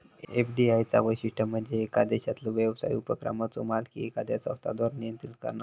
FDI चा वैशिष्ट्य म्हणजे येका देशातलो व्यवसाय उपक्रमाचो मालकी एखाद्या संस्थेद्वारा नियंत्रित करणा